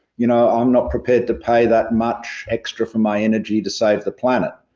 you know, i'm not prepared to pay that much extra for my energy to save the planet.